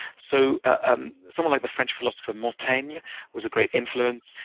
so ah um someone like the french philosopher montaigne was a great influence.